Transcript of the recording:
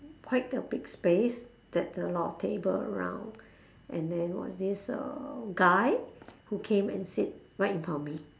quite a big space that's a lot of table around and then got this guy who came and seat right in front of me